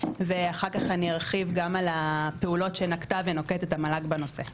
ואחר כך אני ארחיב על הפעולות שנקטה ונוקטת המל"ג בנושא.